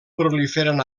proliferen